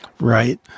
Right